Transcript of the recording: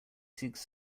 seeks